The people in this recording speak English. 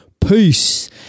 Peace